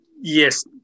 Yes